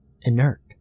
inert